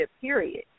period